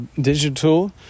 digital